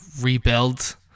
rebuild